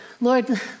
Lord